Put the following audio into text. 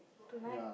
tonight